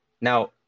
Now